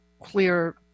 clear